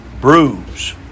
bruise